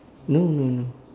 no no no